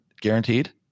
guaranteed